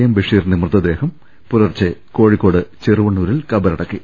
M ബഷീറിന്റെ മൃതദേഹം പുലർച്ചെ കോഴി ക്കോട് ചെറുവണ്ണൂരിൽ കബറടക്കി